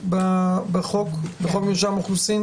היא שונה לחלוטין.